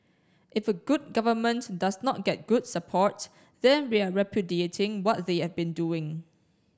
if a good government does not get good support then we are repudiating what they have been doing